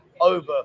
over